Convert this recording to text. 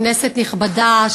כנסת נכבדה,